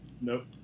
Nope